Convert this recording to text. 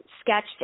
sketched